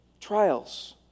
Trials